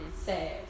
Sad